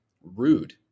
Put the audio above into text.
rude